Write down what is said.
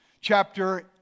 chapter